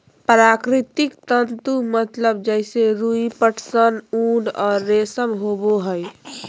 प्राकृतिक तंतु मतलब जैसे रुई, पटसन, ऊन और रेशम होबो हइ